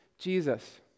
Jesus